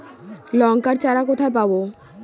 লঙ্কার চারা কোথায় পাবো?